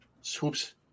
Swoop's